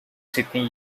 sydney